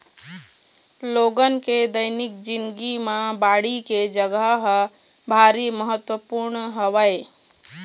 लोगन के दैनिक जिनगी म बाड़ी के जघा ह भारी महत्वपूर्न हवय